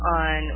on